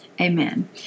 Amen